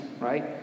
right